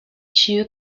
chew